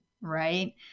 right